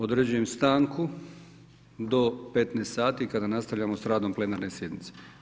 Određujem stanku do 15,00 sati kada nastavljamo s radom plenarne sjednice.